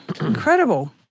incredible